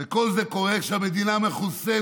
וכל זה קורה כשהמדינה מחוסנת,